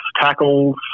tackles